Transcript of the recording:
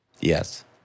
Yes